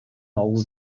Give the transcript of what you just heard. auch